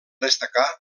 destacar